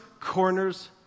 corners